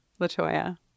LaToya